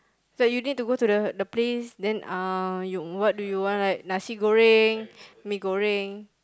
so you need to go to the the place then uh you what do you want like Nasi-Goreng Mee-Goreng